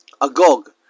Agog